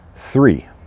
three